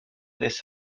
this